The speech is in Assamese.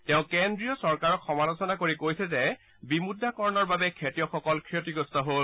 তেওঁ কেদ্ৰীয় চৰকাৰক সমালোচনা কৰি কৈছে যে বিমুদ্ৰাকৰণৰ বাবে খেতিয়কসকল ক্ষতিগ্ৰস্ত হল